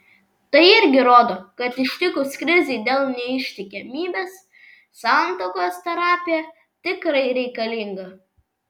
tai irgi rodo kad ištikus krizei dėl neištikimybės santuokos terapija tikrai reikalinga